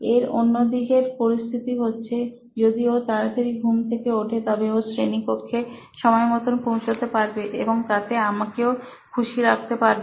এর অন্যদিকের পরিস্থিতি হচ্ছে যদি ও তাড়াতাড়ি ঘুম থেকে ওঠে তবে ও শ্রেণিকক্ষে সময়মতো পৌছাতে পারবে এবং তাতে আমাকেও খুশি রাখতে পারবে